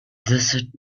desert